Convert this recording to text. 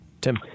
Tim